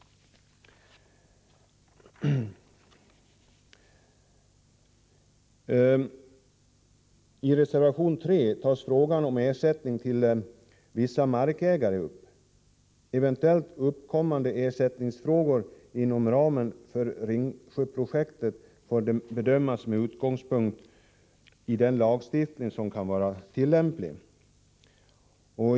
I reservation 3 tas frågan om ersättning till vissa markägare upp. Eventuellt uppkommande ersättningsfrågor inom ramen för Ringsjöprojektet får bedömas med utgångspunkt i den lagstiftning som kan vara tillämplig.